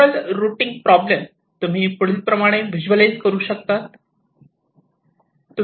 general routing problem तुम्ही पुढील प्रमाणे व्हिजुअॅलाइज करू शकतात